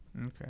Okay